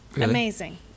Amazing